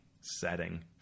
setting